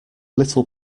little